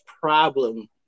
problem